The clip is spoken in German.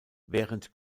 während